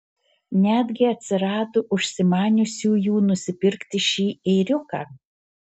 netgi atsirado užsimaniusiųjų nusipirkti šį ėriuką